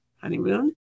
honeymoon